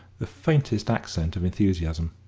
the faintest accent of enthusiasm.